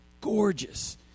gorgeous